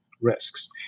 risks